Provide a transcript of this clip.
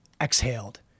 exhaled